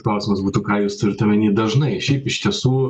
klausimas būtų ką jūs turit omeny dažnai šiaip iš tiesų